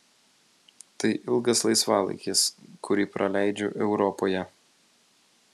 tai ilgas laisvalaikis kurį praleidžiu europoje